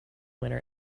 winner